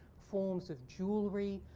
forms of jewelry.